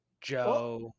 Joe